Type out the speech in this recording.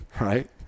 right